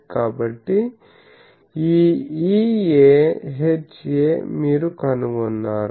కాబట్టి ఈ EA HA మీరు కనుగొన్నారు